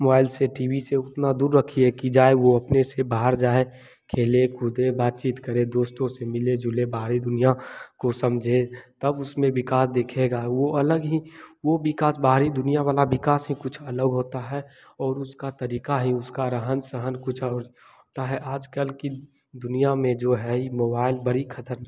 mobile से T V से उतना दूर रखिए कि जाए वह अपने से बाहर जाएँ खेलें कूदें बातचीत करें दोस्तों से मिले जुले बाहरी दुनिया को समझें तब उसमें विकास दिखेगा वह अलग ही वह विकास बाहरी दुनिया वाला विकास ही कुछ अलग होता है और उसका तरीक़ा यही उसका रहन सहन कुछ और होता है आज कल कि दुनिया में जो है ही मोबाइल बड़ी ख़तरनाक